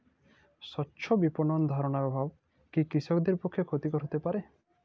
স্বচ্ছ বিপণন ধারণার অভাব কি কৃষকদের পক্ষে ক্ষতিকর হতে পারে?